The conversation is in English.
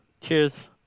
Cheers